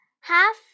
Half